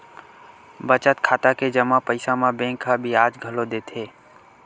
बचत खाता के जमा पइसा म बेंक ह बियाज घलो देथे